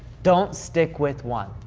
don't stick with one.